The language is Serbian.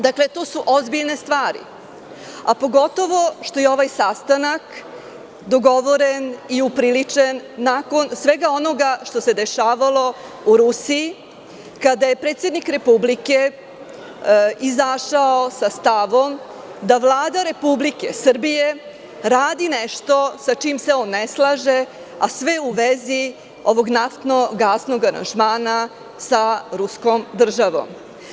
Dakle, to su ozbiljne stvari, pogotovo što je ovaj sastanak dogovoren i upriličen nakon svega onoga što se dešavalo u Rusiji, kada je predsednik Republike izašao sa stavom da Vlada Republike Srbije radi nešto sa čime se on ne slaže, a sve u vezi ovog naftno-gasnog aranžmana sa ruskom državom.